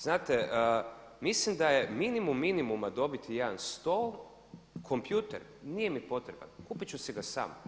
Znate mislim da je minimum minimuma dobiti jedan stol, kompjuter nije mi potreban, kupit ću si ga sam.